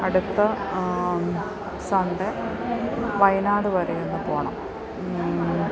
അടുത്ത സൺഡേ വയനാട് വരെ ഒന്ന് പോവണം